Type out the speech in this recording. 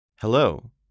Hello